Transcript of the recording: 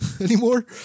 anymore